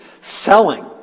selling